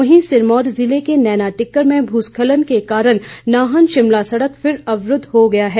वहीं सिरमौर जिले के नैनाटिक्कर में भूस्खलन के कारण नाहन शिमला सड़क फिर अवरूद्व हो गई है